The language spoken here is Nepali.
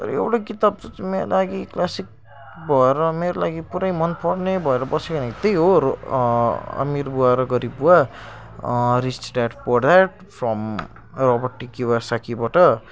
तर एउटा किताब चाहिँ मेरो लागि क्लासिक भएर मेरो लागि पुरै मनपर्ने भएर बस्यो भनेको त्यही हो अमिर बुवा र गरिब बुवा rich dad poor dad from Robert किवासाकीबाट